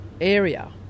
area